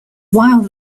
while